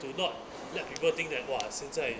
do not let people think that !wah! 现在